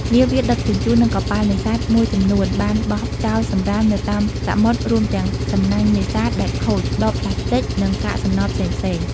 នាវាដឹកជញ្ជូន និងកប៉ាល់នេសាទមួយចំនួនបានបោះចោលសំរាមនៅតាមសមុទ្រ រួមទាំងសំណាញ់នេសាទដែលខូច ដបប្លាស្ទិក និងកាកសំណល់ផ្សេងៗ។